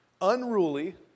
unruly